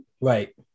Right